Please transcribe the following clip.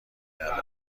نداریم